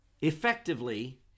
effectively